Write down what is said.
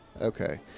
Okay